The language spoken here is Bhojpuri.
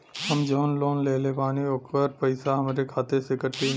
हम जवन लोन लेले बानी होकर पैसा हमरे खाते से कटी?